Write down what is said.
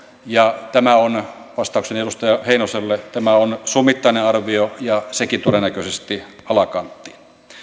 ja tämä on vastaukseni edustaja heinoselle tämä on summittainen arvio ja sekin todennäköisesti alakanttiin